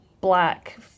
black